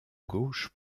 gauche